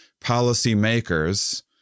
policymakers